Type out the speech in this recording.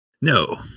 No